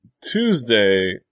Tuesday